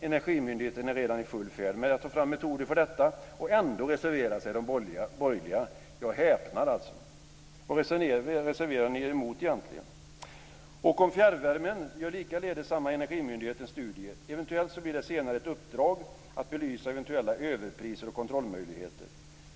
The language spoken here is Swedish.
Energimyndigheten är redan i full färd med att ta fram metoder för detta, och ändå reserverar sig de borgerliga. Jag häpnar. Vad reserverar ni er emot egentligen? Om fjärrvärmen gör likaledes samma energimyndighet en studie. Eventuellt blir det senare ett uppdrag att belysa eventuella överpriser och kontrollmöjligheter.